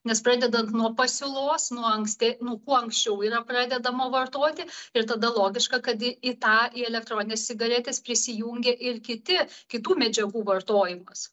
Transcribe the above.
nes pradedant nuo pasiūlos nuo anksti nu kuo anksčiau pradedama vartoti ir tada logiška kad į į tą į elektronines cigaretes prisijungia ir kiti kitų medžiagų vartojimas